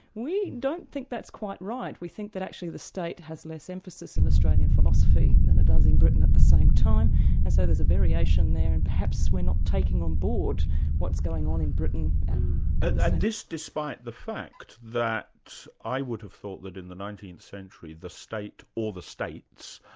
we don't think that's quite right, we think that actually the state has less emphasis in australian philosophy than it does in britain at the same time and so there's a variation there and perhaps we're not taking on board what's going on in britain. and this, despite the fact that i would have thought that in the nineteenth century the state, or the states,